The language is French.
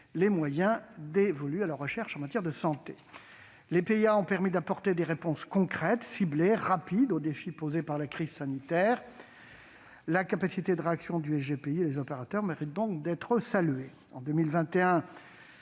les moyens dévolus à la recherche en santé. Les programmes d'investissements d'avenir (PIA) ont permis d'apporter des réponses concrètes, ciblées et rapides aux défis posés par la crise sanitaire. La capacité de réaction du SGPI et des opérateurs mérite donc d'être saluée.